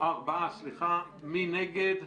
מי נגד?